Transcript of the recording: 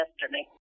yesterday